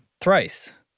thrice